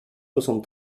soixante